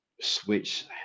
switch